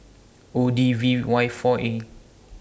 O D V Y four A